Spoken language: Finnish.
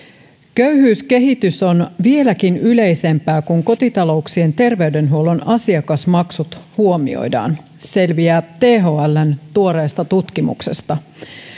köyhyyskehitys on vieläkin yleisempää kun kotitalouksien terveydenhuollon asiakasmaksut huomioidaan selviää thln tuoreesta tutkimuksesta